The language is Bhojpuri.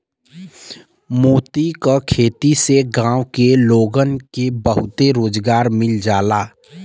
मोती क खेती से गांव के लोगन के बहुते रोजगार मिल जाला